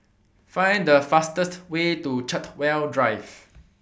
Find The fastest Way to Chartwell Drive